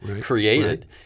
created